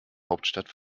hauptstadt